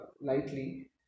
lightly